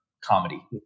comedy